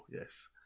Yes